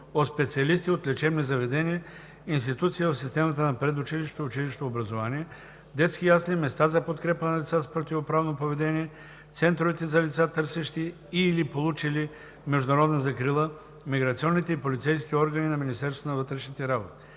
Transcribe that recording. от специалисти от лечебни заведения, институции в системата на предучилищното и училищното образование, детски ясли, места за подкрепа на деца с противоправно поведение, центровете за лица, търсещи и/или получили международна закрила, миграционните и полицейските органи на Министерството на вътрешните работи.